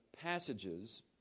passages